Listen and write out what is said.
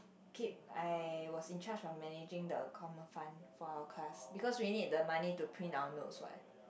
keep I was in charge of managing the common fund for our class because we need the money to print our notes what